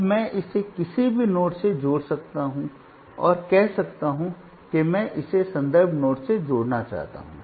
अब मैं इसे किसी भी नोड से जोड़ सकता हूं और कह सकता हूं कि मैं इसे संदर्भ नोड से जोड़ना चाहता हूं